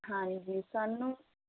ਹਾਂਜੀ ਸਾਨੂੰ